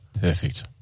Perfect